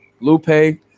Lupe